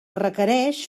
requereix